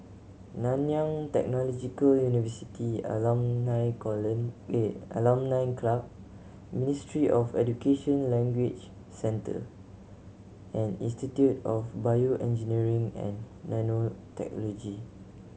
Nanyang Technological University Alumni at Alumni Club Ministry of Education Language Centre and Institute of BioEngineering and Nanotechnology